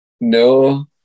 No